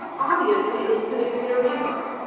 obviously, and it's the dictator handbook.